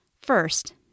first